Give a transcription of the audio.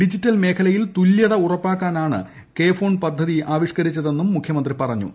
digital മേഖലയിൽ തുല്യത ഉറപ്പാക്കാനാണ് കെ ഫോൺ പദ്ധതി ആവിഷ്ക്കരിച്ചതെന്നും മുഖ്യമന്ത്രി പറഞ്ഞു